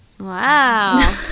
Wow